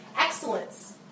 excellence